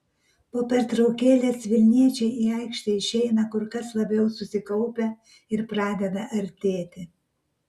po pertraukėlės vilniečiai į aikštę išeina kur kas labiau susikaupę ir pradeda artėti